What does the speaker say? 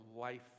Life